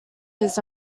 his